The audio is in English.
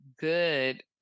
good